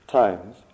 times